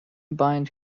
bind